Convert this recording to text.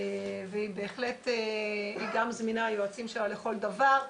והיא גם זמינה, היועצים שלה, לכל דבר.